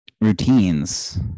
routines